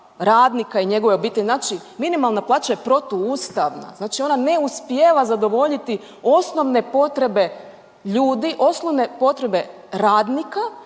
i njegove obitelji. Znači minimalna plaća je protuustavna, znači ona ne uspijeva zadovoljiti osnovne potrebe ljudi, osnovne potrebe radnika